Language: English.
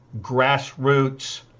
grassroots